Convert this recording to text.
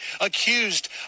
accused